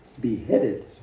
beheaded